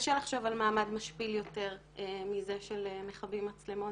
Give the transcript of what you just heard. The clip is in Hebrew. קשה לחשוב על מעמד משפיל יותר מזה של מכבים מצלמות